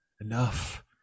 enough